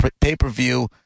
pay-per-view